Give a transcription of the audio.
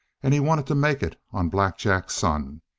and he wanted to make it on black jack's son.